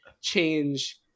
change